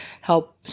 help